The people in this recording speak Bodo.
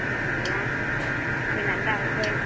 सिन्था गैया फैनानै दाहोफै